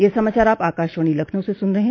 ब्रे क यह समाचार आप आकाशवाणी लखनऊ से सुन रहे हैं